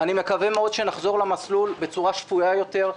אני מקווה מאוד שנחזור למסלול בצורה שפויה יותר,